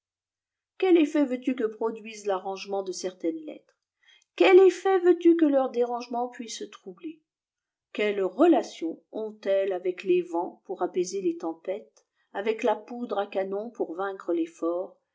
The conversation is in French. quel efltet veux-tu que produise rarrangement de éertainess lettres quel efitet veux-tu que leur dérangement pwfs troubler quelle relation ont-elles avec les vents pour paisèr ès tempêtes avec la poudre à canon pour en vaincre